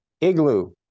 Igloo